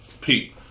Pete